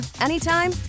anytime